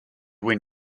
win